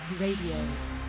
Radio